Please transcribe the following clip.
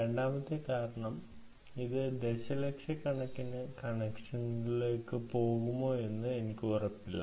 രണ്ടാമത്തെ കാരണം ഇത് ദശലക്ഷക്കണക്കിന് കണക്ഷനുകളിലേക്ക് പോകുമോ എന്ന് ഉറപ്പില്ല